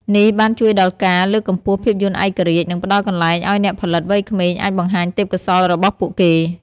នេះបានជួយដល់ការ លើកកម្ពស់ភាពយន្តឯករាជ្យ និងផ្តល់កន្លែងឱ្យអ្នកផលិតវ័យក្មេងអាចបង្ហាញទេពកោសល្យរបស់ពួកគេ។